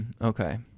Okay